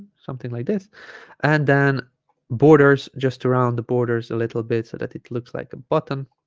something like this and then borders just around the borders a little bit so that it looks like a button